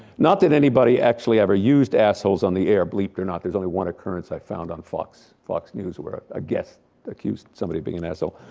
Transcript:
not that anybody actually ever used assholes on the air, believe it or not, there's only one occurrence i've found on fox fox news where a guest accused somebody of being an asshole.